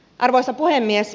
arvoisa puhemies